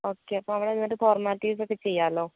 okay അപ്പം അവിടെ വന്നിട്ട് ഫോർമാലിറ്റീസ് ഒക്കെ ചെയ്യാമല്ലോ